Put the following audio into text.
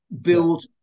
build